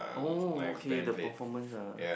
oh okay the performance ah